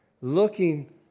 Looking